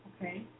Okay